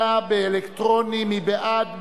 להצביע בהצבעה אלקטרונית, מי בעד?